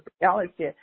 reality